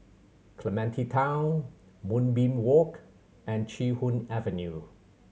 Clementi Town Moonbeam Walk and Chee Hoon Avenue